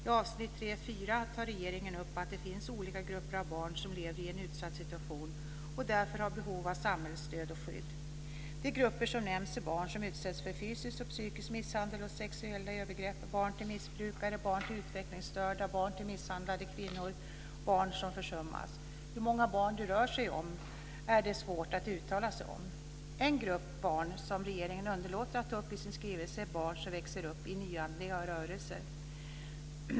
I avsnitt 3.4 tar regeringen upp att det finns olika grupper av barn om lever i en utsatt situation och därför har behov av samhällets stöd och skydd. De grupper som nämns är barn som utsätts för fysisk och psykisk misshandel och sexuella övergrepp, barn till missbrukare, barn till utvecklingsstörda, barn till misshandlade kvinnor, barn som försummas. Hur många barn det rör sig om är det svårt att uttala sig om. En grupp barn som regeringen underlåter att ta upp i sin skrivelse är barn som växer upp i nyandliga rörelser.